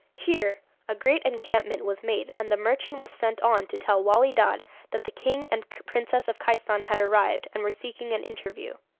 here a great encampment was made, and the merchant was sent on to tell wali dad that the king and princess of khaistan had arrived and were seeking an interview.